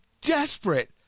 desperate